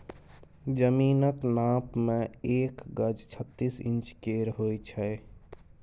जमीनक नाप मे एक गज छत्तीस इंच केर होइ छै